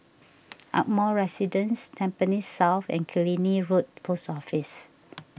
Ardmore Residence Tampines South and Killiney Road Post Office